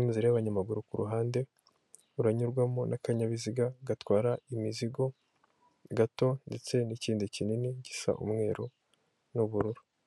Inzira y'abanyamaguru iri ku ruhande. Uranyurwamo n'akanyayabiziga gatwara imizigo gato ndetse n'ikindi kinini gisa n'umweru n'ubururu.